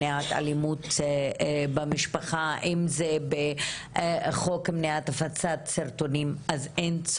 אני אמרתי שזה נמצא בתוך ההנחיות המקצועיות שלנו לזיהוי,